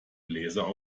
bläser